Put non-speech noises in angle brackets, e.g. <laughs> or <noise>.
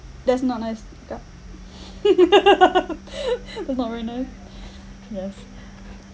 that's not nice to pick up <laughs> that's not very nice <breath> yes